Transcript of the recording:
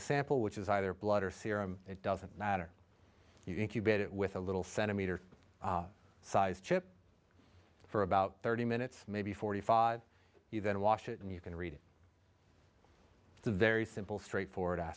a sample which is either blood or serum it doesn't matter you get it with a little centimeter sized chip for about thirty minutes maybe forty five even wash it and you can read it it's a very simple straightforward